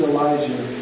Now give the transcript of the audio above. Elijah